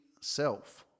self